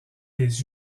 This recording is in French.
des